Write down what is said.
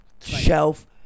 shelf